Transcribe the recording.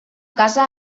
casa